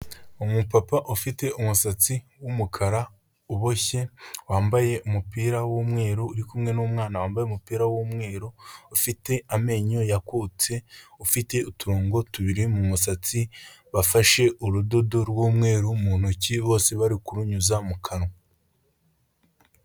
Umupapa ufite umusatsi w'umukara uboshye wambaye umupira w'umweru uri kumwe n'umwana wambaye umupira w'umweru, ufite amenyo yakutse ufite uturongo tubiri mu musatsi, bafashe urudodo rw'umweru mu ntoki bose bari kuruyuza mu kanwa.